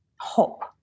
hope